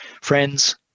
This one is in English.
Friends